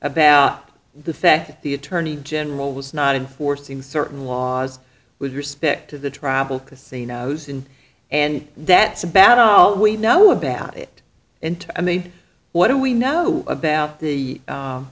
about the fact that the attorney general was not enforcing certain laws with respect to the travel casinos in and that's about all we know about it and what do we know about the